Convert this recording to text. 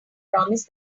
promised